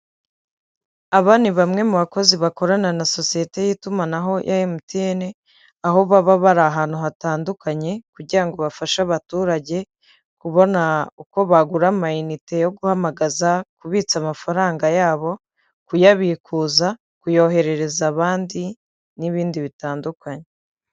Aba ni bamwe mu bakozi bakorana na sosiyete y'itumanaho emutiyeni, aho baba bari ahantu hatandukanye, kugira ngo bafashe abaturage kubona uko bagura amainite yo guhamagaza, kubitsa amafaranga yabo, kuyabikuza, kuyoherereza abandi n'ibindi bitandukanye.